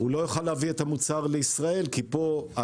לא יוכל להביא את המוצר לישראל כי ההגדרות